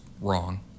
wrong